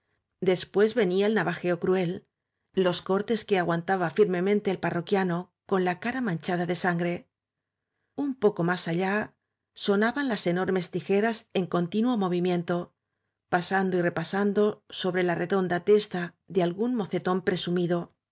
después venía el navajeo cruel los cortes que aguantaba firme mente el parroquiano con la cara manchada de sangre un poco más allá sonaban las enormes tijeras en continuo movimiento pasando y repasando sobre la redonda testa de algún mocetón presumido